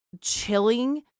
chilling